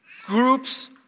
Groups